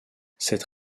cette